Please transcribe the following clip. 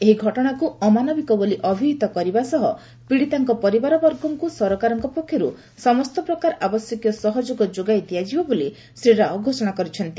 ଏହି ଘଟଣାକୁ ଅମାନବିକ ବୋଲି ଅଭିହିତ କରିବା ସହ ପୀଡ଼ିତାଙ୍କ ପରିବାରବର୍ଗକୁ ସରକାରଙ୍କ ପକ୍ଷରୁ ସମସ୍ତ ପ୍ରକାର ଆବଶ୍ୟକୀୟ ସହଯୋଗ ଯୋଗାଇ ଦିଆଯିବ ବୋଲି ଶ୍ରୀ ରାଓ ଘୋଷଣା କରିଛନ୍ତି